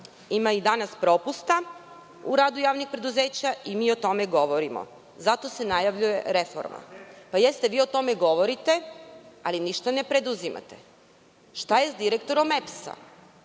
da i danas ima propusta u radu javnih preduzeća i mi o tome govorimo. Zato se najavljuje reforma. Jeste, vi o tome govorite, ali ništa ne preduzimate. Šta je sa direktorom EPS?